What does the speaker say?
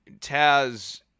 Taz